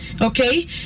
Okay